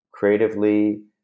creatively